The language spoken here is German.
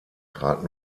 trat